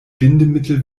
bindemittel